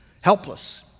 Helpless